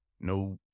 No